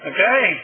Okay